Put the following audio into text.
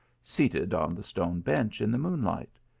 seated on the stone bench in the moonlight.